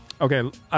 okay